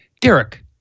Derek